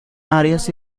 áreas